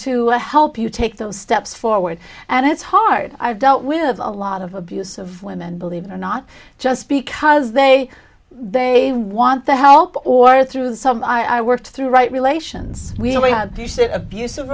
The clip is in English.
to help you take those steps forward and it's hard i've dealt with a lot of abuse of women believe it or not just because they they want to help or through some i worked through right relations